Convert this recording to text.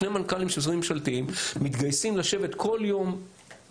שני מנכ"לים של משרדים ממשלתיים מתגייסים לשבת פעם בשבוע,